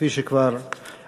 כפי שכבר אמרתי,